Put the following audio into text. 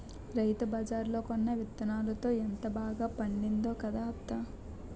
రైతుబజార్లో కొన్న యిత్తనాలతో ఎంత బాగా పండిందో కదా అత్తా?